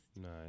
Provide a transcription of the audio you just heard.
Nice